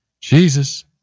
jesus